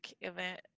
event